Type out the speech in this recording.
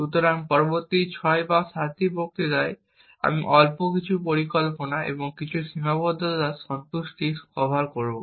সুতরাং পরবর্তী 6 বা 7টি বক্তৃতায় আমি অল্প কিছু পরিকল্পনা এবং কিছুটা সীমাবদ্ধতার সন্তুষ্টি কভার করব